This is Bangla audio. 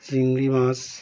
চিংড়ি মাছ